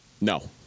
No